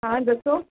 ਹਾਂ ਦੱਸੋ